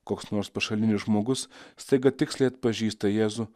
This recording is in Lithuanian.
koks nors pašalinis žmogus staiga tiksliai atpažįsta jėzų